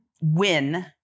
win